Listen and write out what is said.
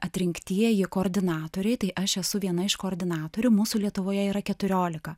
atrinktieji koordinatoriai tai aš esu viena iš koordinatorių mūsų lietuvoje yra keturiolika